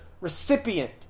recipient